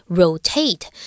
Rotate